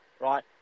right